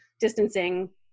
distancing